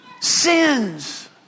sins